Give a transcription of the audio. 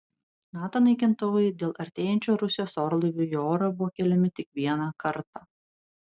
nato naikintuvai dėl artėjančių rusijos orlaivių į orą buvo keliami tik vieną kartą